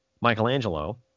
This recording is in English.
Michelangelo